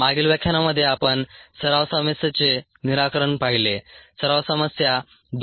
मागील व्याख्यानामध्ये आपण सराव समस्येचे निराकरण पाहिले सराव समस्या 2